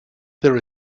there